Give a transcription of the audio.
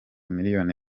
miliyoni